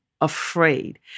afraid